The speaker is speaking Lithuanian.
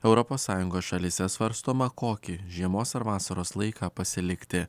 europos sąjungos šalyse svarstoma kokį žiemos ar vasaros laiką pasilikti